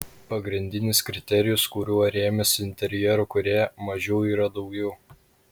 pagrindinis kriterijus kuriuo rėmėsi interjero kūrėja mažiau yra daugiau